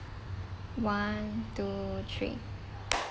one two three